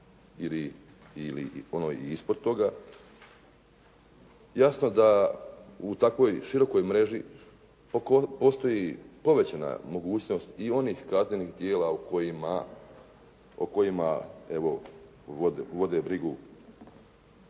i ispod toga. Jasno da u takvoj širokoj mreži postoji povećana mogućnosti i onih kaznenih djela o kojima, evo vode brigu